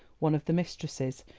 one of the mistresses,